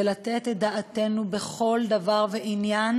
ולתת את דעתנו על כל דבר ועניין,